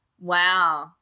wow